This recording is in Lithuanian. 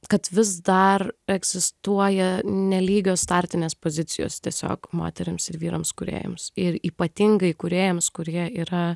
kad vis dar egzistuoja nelygios startinės pozicijos tiesiog moterims ir vyrams kūrėjams ir ypatingai kūrėjams kurie yra